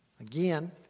Again